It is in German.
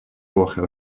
woche